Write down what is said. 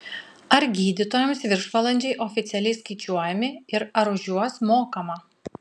ar gydytojams viršvalandžiai oficialiai skaičiuojami ir ar už juos mokama